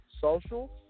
social